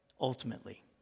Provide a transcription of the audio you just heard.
ultimately